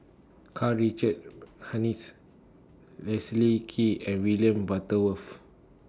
Karl Richard Hanitsch Leslie Kee and William Butterworth